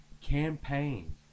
Campaign